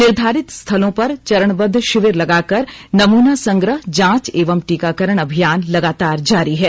निर्धारित स्थलों पर चरणबद्ध शिविर लगाकर नमूना संग्रह जांच एवं टीकाकरण अभियान लगातार जारी है